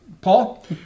Paul